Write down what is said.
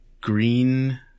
green